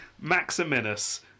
Maximinus